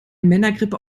männergrippe